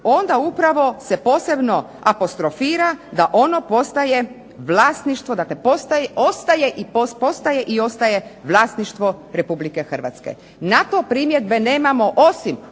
onda upravo se posebno apostrofira da ono postaje vlasništvo, dakle postaje i ostaje vlasništvo Republike Hrvatske. Na to primjedbe nemamo, osim